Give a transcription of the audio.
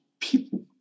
People